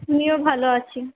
আমিও ভালো আছি